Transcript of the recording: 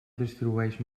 distribueix